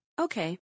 Okay